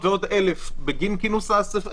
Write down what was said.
תצטרך להשלים אותו.